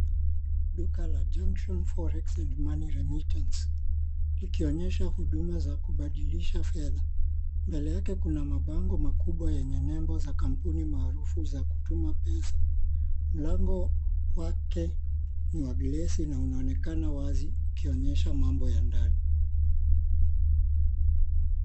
Duka la junction forex and money remittance ikionyesha huduma za kubadilisha fedha, mbele yake kuna mabango makubwa yenye nembo za kampuni marufu za kutuma pesa. Mlango wake ,ni wa glesi na unaonekana wazi ukionyesha mambo ya ndani.